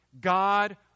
God